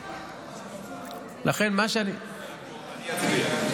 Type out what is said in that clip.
לא, אני אצביע.